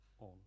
on